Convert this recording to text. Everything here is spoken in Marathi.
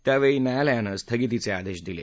त्यावेळी न्यायालयानं स्थगितीचे आदेश दिले